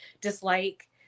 dislike